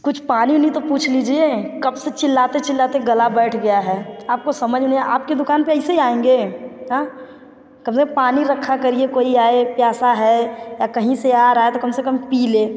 कुछ पानी उनी तो पूछ लीजिए कब से चिल्लाते चिल्लाते गला बैठ गया है आपको समझ में आपकी दूकान पर ऐसे ही आएँगे हाँ कम से कम पानी रखा करिए कोई आए प्यासा है या कहीं से आ रहा है तो कम से कम पीले